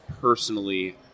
personally